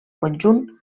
conjunt